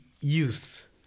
youth